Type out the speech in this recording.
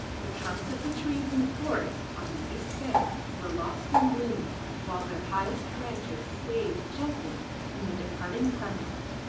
the trunks of the trees in the forest on the east bank were lost in gloom while their highest branches swayed gently in the departing sunlight.